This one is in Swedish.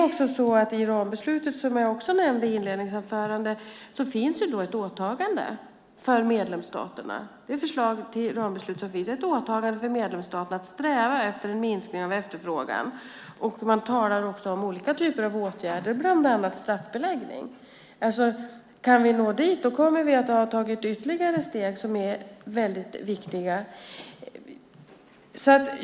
I rambeslutet, som jag också nämnde i inledningsanförandet, finns det ett åtagande för medlemsstaterna. I förslaget till rambeslut finns det ett åtagande för medlemsstaterna att sträva efter en minskning av efterfrågan. Man talar också om olika typer av åtgärder, bland annat straffbeläggning. Kan vi nå dit har vi tagit ytterligare steg som är väldigt viktiga.